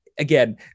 Again